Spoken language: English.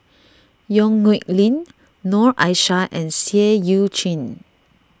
Yong Nyuk Lin Noor Aishah and Seah Eu Chin